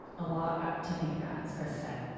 a lot to think about, as chris said.